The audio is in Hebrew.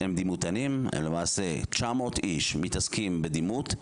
דימותנים מדובר על 900 אנשים שמתעסקים בדימות.